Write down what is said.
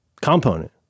Component